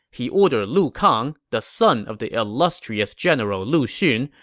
he ordered lu kang, the son of the illustrious general lu xun,